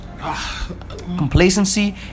Complacency